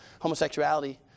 homosexuality